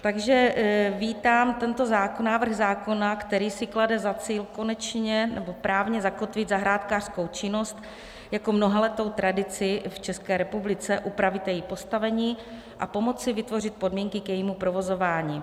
Takže vítám tento návrh zákona, který si klade za cíl právně zakotvit zahrádkářskou činnost jako mnohaletou tradici v České republice, upravit její postavení a pomoci vytvořit podmínky k jejímu provozování.